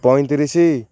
ପଇଁତିରିଶି